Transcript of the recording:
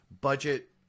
budget